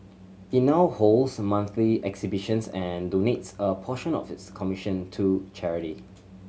it now holds monthly exhibitions and donates a portion of its commission to charity